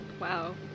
wow